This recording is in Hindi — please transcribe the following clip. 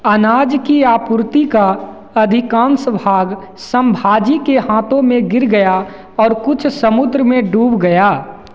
अनाज की आपूर्ति का अधिकाँश भाग संभाजी के हाथों में गिर गया और कुछ समुद्र में डूब गया